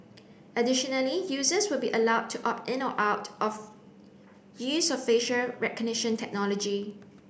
additionally users will be allowed to opt in or out of use of facial recognition technology